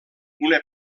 una